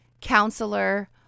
Counselor